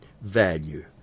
value